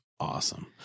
Awesome